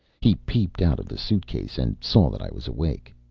he peeped out of the suitcase and saw that i was awake.